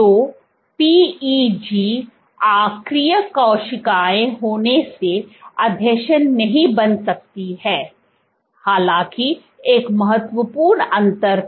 तो PEG अक्रिय कोशिकाएं होने से आसंजन नहीं बना सकती हैं हालाँकि एक महत्वपूर्ण अंतर था